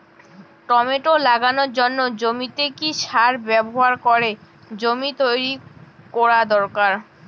Tomato লাগানোর জন্য জমিতে কি সার ব্যবহার করে জমি তৈরি করা দরকার?